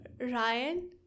Ryan